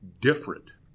different